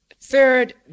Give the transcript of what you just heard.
third